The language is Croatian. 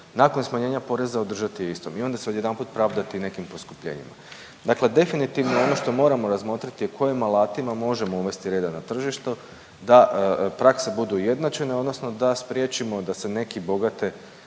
nakon smanjenja poreza održati istom i onda se odjedanput pravdati nekim poskupljenjima? Dakle definitivno ono što moramo razmotriti je kojim alatima možemo uvesti reda na tržištu da prakse budu ujednačene odnosno da spriječimo da se neki bogate